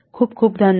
खूप खूप धन्यवाद